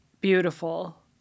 beautiful